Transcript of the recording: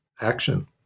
action